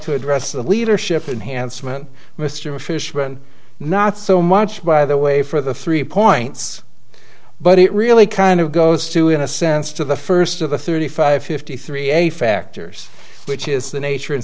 to address the leadership in handsome and mr fishman not so much by the way for the three points but it really kind of goes to in a sense to the first of the thirty five fifty three a factors which is the nature and